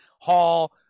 Hall